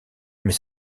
mais